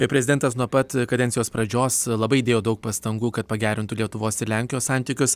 ir prezidentas nuo pat kadencijos pradžios labai dėjo daug pastangų kad pagerintų lietuvos ir lenkijos santykius